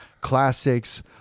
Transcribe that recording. classics